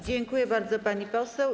Dziękuję bardzo, pani poseł.